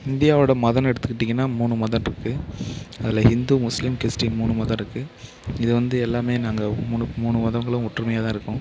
இந்தியாவோடய மதம்னு எடுத்துக்கிட்டிங்கன்னா மூணு மதம் இருக்குது அதில் இந்து முஸ்லீம் கிறிஸ்டின்னு மூணு மதம் இருக்குது இது வந்து எல்லாமே நாங்கள் மூணு மூணு மதங்களும் ஒற்றுமையாக தான் இருக்கோம்